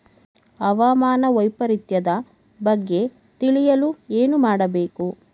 ಹವಾಮಾನ ವೈಪರಿತ್ಯದ ಬಗ್ಗೆ ತಿಳಿಯಲು ಏನು ಮಾಡಬೇಕು?